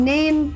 Name